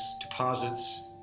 deposits